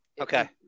Okay